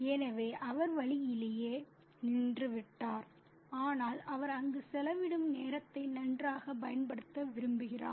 எனவே அவர் வழியிலேயே நின்றுவிட்டார் ஆனால் அவர் அங்கு செலவிடும் நேரத்தை நன்றாகப் பயன்படுத்த விரும்புகிறார்